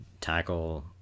Tackle